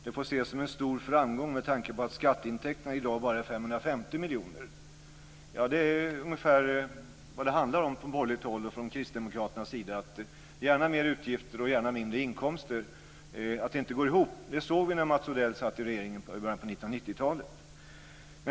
Detta får ses som en stor framgång med tanke å att kommunens skatteintäkter i dag bara är drygt 550 miljoner." Det är ungefär vad det handlar om från det borgerliga hållet och från Kristdemokraternas sida. Det ska gärna vara mer utgifter och mindre inkomster. Att det inte går ihop såg vi när Mats Odell satt i regeringen i början av 1990-talet.